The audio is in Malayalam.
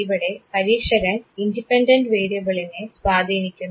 ഇവിടെയും പരീക്ഷകൻ ഇൻഡിപെൻഡൻറ് വേരിയബിളിനെ സ്വാധീനിക്കുന്നു